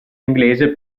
inglese